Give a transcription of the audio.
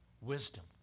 wisdom